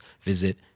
visit